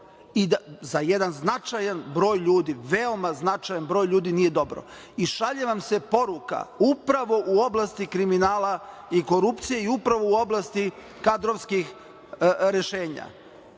za jedan značajan broj ljudi, veoma značajan broj ljudi nije dobro i šalje vam se poruka upravo u oblasti kriminala i korupcije i upravo u oblasti kadrovskih rešenja.